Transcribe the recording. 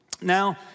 Now